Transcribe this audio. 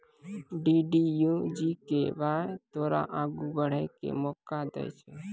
DDU GKY तोरा आगू बढ़ै के मौका दै छै